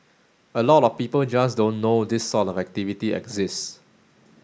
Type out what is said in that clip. a lot of people just don't know this sort of activity exists